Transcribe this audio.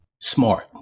smart